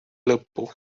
lõppu